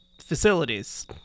facilities